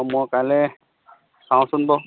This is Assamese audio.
অঁ মই কাইলৈ চাওচোন বাৰু